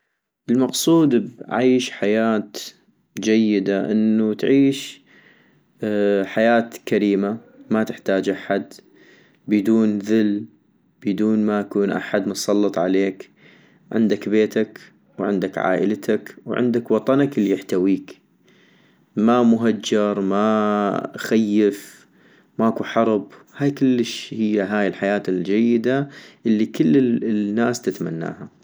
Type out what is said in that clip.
المقصود بعيش حياة جيدة ، انو تعيش حياة كريمة ما تحتاج احد ، بدون ذل بدون ما يكون احد متسلط عليك ، عندك بيتك وعندك عائلتك وعندك وطنك الي يحتويك - ما مهجر، ما خيف ، ماكو حرب هاي كلش هي هاي الحياة الجيدة الي كل الناس تتمناها